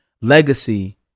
Legacy